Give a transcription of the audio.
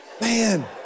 man